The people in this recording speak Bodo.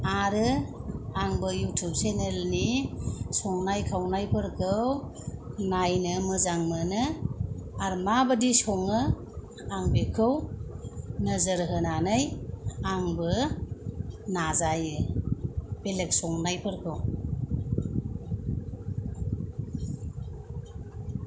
आरो आंबो इउटिउब चेनेलनि संनाय खावनायफोरखौ नायनो मोजां मोनो आर माबादि सङो आं बेखौ नोजोर होनानै आंबो नाजायो बेलेक संनायफोरखौ